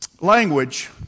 Language